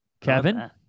Kevin